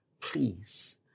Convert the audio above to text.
please